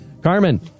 Carmen